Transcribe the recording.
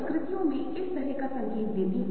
छतरी के नीचे वाली चीज का रंग कैसा था